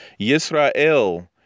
Yisrael